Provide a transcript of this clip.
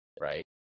right